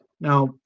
now